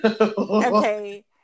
Okay